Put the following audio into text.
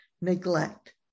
neglect